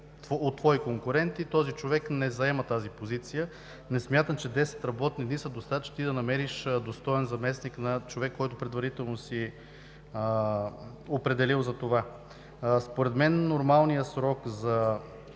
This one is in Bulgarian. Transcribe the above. от твои конкуренти, този човек не заема тази позиция. Не смятам, че 10 работни дни са достатъчни ти да намериш достоен заместник на човек, който предварително си определил за това. Според мен нормалният срок за